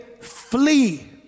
flee